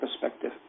perspective